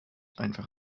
einfach